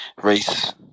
race